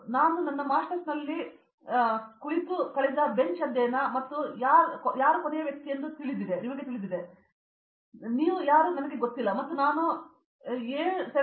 ಆದ್ದರಿಂದ ನನ್ನ ಮಾಸ್ಟರ್ಸ್ನಲ್ಲಿ ನಾನು ಕುಳಿತು ಕಳೆದ ಬೆಂಚ್ ಅಧ್ಯಯನ ಮತ್ತು ಯಾರು ಕೊನೆಯ ವ್ಯಕ್ತಿ ನಿಮಗೆ ತಿಳಿದಿದೆ ಮತ್ತು ನೀವು ನನಗೆ ಏನೂ ಗೊತ್ತಿಲ್ಲ ಮತ್ತು ನಾನು 7